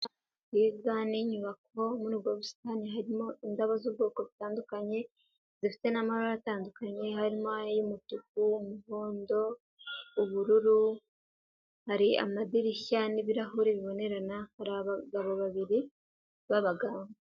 Bwiza n'inyubako, muri ubwo busitani harimo indabo z'ubwoko butandukanye, zifite n'amara atandukanye harimo ay'umutuku, umuhondo, ubururu, hari amadirishya n'ibirahure bibonerana, hari abagabo babiri b'abaganga.